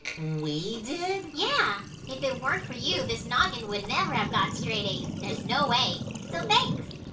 we did? yeah! if it weren't for you, this noggin' would never have gotten straight a's! there's no way. so thanks!